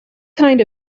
kind